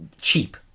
Cheap